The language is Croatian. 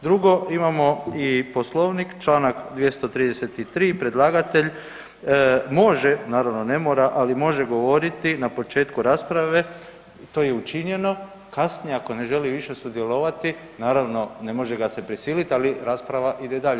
Drugo, imamo i Poslovnik, čl. 233., predlagatelj može naravno ne mora, ali može govoriti na početku rasprave, to je i učinjeno, kasnije ako ne želi više sudjelovati, naravno, ne može ga se prisilit ali rasprava ide dalje.